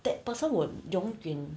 that person will 永远